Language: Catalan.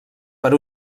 per